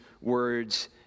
words